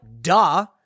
duh